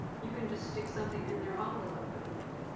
you can just stick something in their envelope with it.